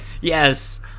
Yes